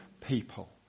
people